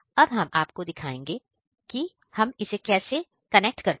अब हम आपको दिखाएंगे कि हम इसे कैसे कनेक्ट करते हैं